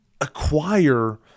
acquire